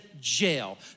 jail